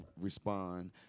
respond